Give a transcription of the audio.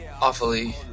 Awfully